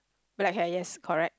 black hair ya correct